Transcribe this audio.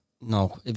no